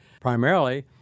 primarily